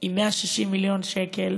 עם 160 מיליון שקל